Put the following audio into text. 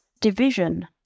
division